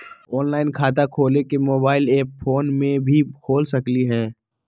Online खाता खोले के मोबाइल ऐप फोन में भी खोल सकलहु ह?